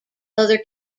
other